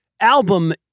album